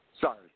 Sorry